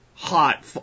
Hot